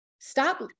stop